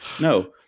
No